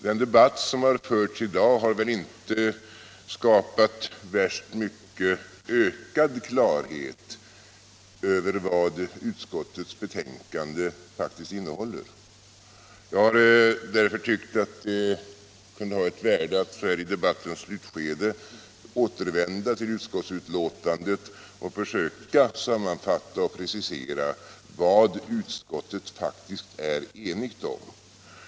Den debatt som har förts i dag har inte skapat så värst mycket ökad klarhet om vad utskottets betänkande faktiskt innehåller. Jag tycker därför att det kan ha ett värde att så här i debattens slutskede återvända till betänkandet och försöka sammanfatta och precisera vad utskottet faktiskt är enigt om.